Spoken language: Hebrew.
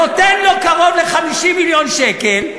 נותן לו קרוב ל-50 מיליון שקל,